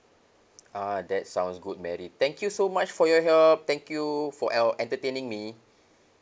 ah that sounds good mary thank you so much for your help thank you for err entertaining me